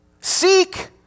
Seek